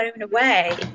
away